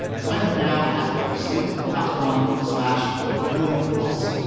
sign up now at slate dot com slash. thrilling. plus,